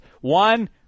one